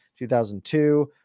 2002